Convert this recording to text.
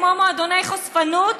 כמו מועדוני חשפנות,